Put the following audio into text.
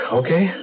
okay